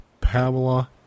Pamela